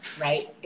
right